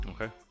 Okay